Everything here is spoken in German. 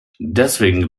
deswegen